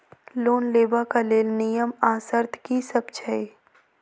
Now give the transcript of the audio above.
Loan लेबऽ कऽ लेल नियम आ शर्त की सब छई?